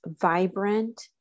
vibrant